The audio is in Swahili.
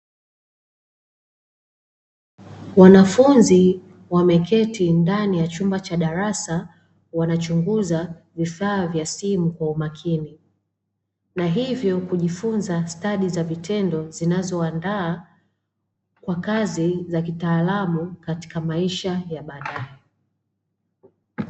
Wanafunzi wameketi ndani ya chumba cha darasa wanachunguza vifaa vya simu kwa umakini, na hivyo kujifunza stadi za vitendo zinazoandaa kazi za kitaalamu katika maisha ya baadaye.